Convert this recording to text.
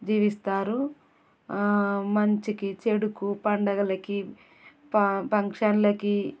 జీవిస్తారు మంచికి చెడుకు పండగలకి ఫంక్షన్లకి